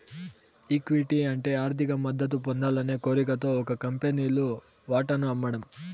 equity అంటే ఆర్థిక మద్దతు పొందాలనే కోరికతో ఒక కంపెనీలు వాటాను అమ్మడం